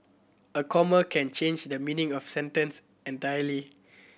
a comma can change the meaning of sentence entirely